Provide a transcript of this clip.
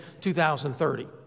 2030